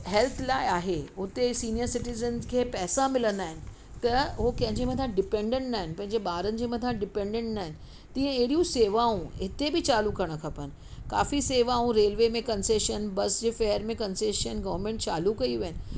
help लाइ आहे हुते सीनिअर सिटीज़न खे पैसा मिलंदा आहिनि त हूअ कंहिं जे मथां डिपेन्डेंट नाहिनि पंहिंजे ॿारनि जे मथां डिपेन्डेंट नाहिनि तीअं अहिड़ियूं सेवाऊं हिते बि चालूं करणु खपनि काफ़ी सेवाऊं रेलवे में कन्सेशन बस जे फेर में कन्सेशन गर्वमेंट चालूं कयूं आहिनि